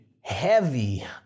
heavy